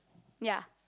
ya